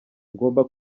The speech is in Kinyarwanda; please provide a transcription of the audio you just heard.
ngomba